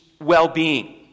well-being